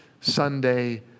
Sunday